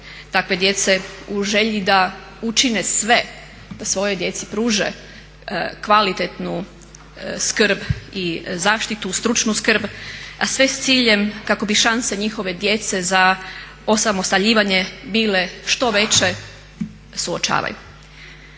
takve djece u želji da učine sve da svojoj djeci pruže kvalitetnu skrb i zaštitu, stručnu skrb a sve s ciljem kako bi šanse njihove djece za osamostaljivanje bile što veće, suočavaju.